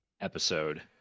episode